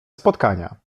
spotkania